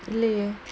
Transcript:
இல்லையே:illaye